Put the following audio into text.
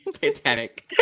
titanic